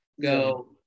go